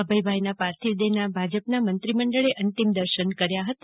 અભયભાઈના પાર્થિવદેહના ભાજપના મંત્રીમંડળે અંતિમ દર્શન કર્યા હતા